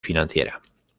financiera